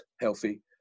healthy